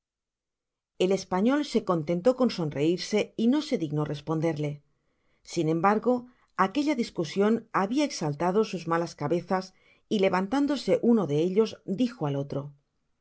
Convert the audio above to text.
el español se contentó con sonreirse y no se dignó responderle sin embargo aquella discusion habia exaltado sus malas cabezas y levantándose uno de ellos dijo al otro